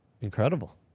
Incredible